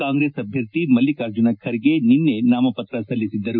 ಕಾಂಗ್ರೆಸ್ ಅಭ್ಯರ್ಥಿ ಮಲ್ಲಿಕಾರ್ಜುನ ಖರ್ಗೆ ನಿನ್ನೆ ನಾಮಪತ್ರ ಸಲ್ಲಿಸಿದ್ದರು